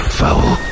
foul